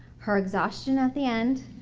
her exhaustion at the end,